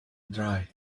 dry